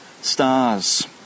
stars